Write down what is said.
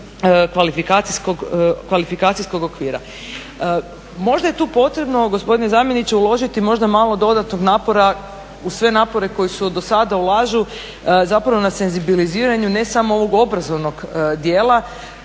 kvalifikacijskog okvira. Možda je tu potrebno gospodine zamjeniče uložiti možda malo dodatnog napora uz sve napore koji se do sada ulažu, zapravo na senzibiliziranju ne samo ovog obrazovnog dijela.